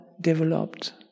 developed